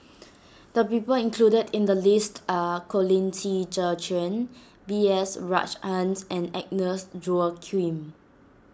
the people included in the list are Colin Qi Zhe Quan B S Rajhans and Agnes Joaquim